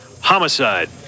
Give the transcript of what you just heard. homicide